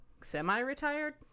semi-retired